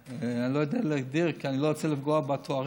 אני לא יודע להגדיר, כי אני לא רוצה לפגוע בתארים,